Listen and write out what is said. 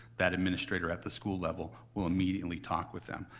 that administrator at the school level will immediately talk with them.